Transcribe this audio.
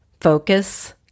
focus